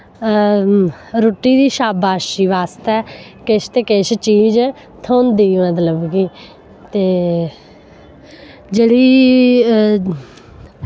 रुट्टी दी शाबाशी आस्तै किश ते किश चीज थ्होंदी मतलब कि ते जेह्ड़ी